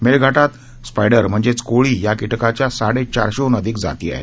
मेळघाटात स्पायडर म्हणजेच कोळी या किटकाच्या साडेचारशेहन अधिक जाती आहेत